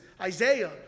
Isaiah